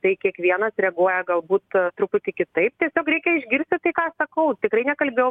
tai kiekvienas reaguoja galbūt truputį kitaip tiesiog reikia išgirsti tai ką sakau tikrai nekalbėjau